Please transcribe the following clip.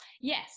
Yes